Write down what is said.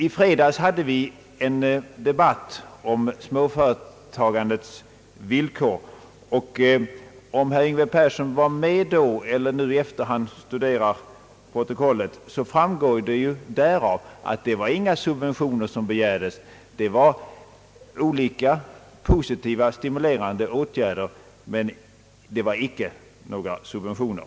I fredags hade vi en debatt om småföretagandets villkor. Om herr Yngve Persson var med då eller nu i efter hand studerar protokollet vet han, att inga subventioner begärdes. Det gällde olika positiva stimulerande åtgärder, men det var icke fråga om några subventioner.